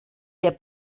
der